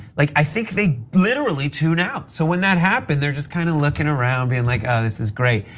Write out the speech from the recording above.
like i think they literally to now. so when that happened, they're just kind of looking around being like, ah this is great.